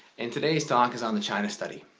and today's talk is on the china study.